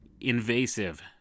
invasive